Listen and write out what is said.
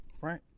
right